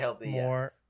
more